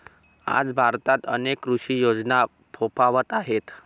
आज भारतात अनेक कृषी योजना फोफावत आहेत